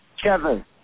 Kevin